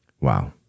Wow